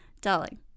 darling